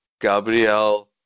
Gabriel